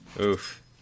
Oof